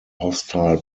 hostile